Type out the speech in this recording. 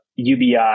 UBI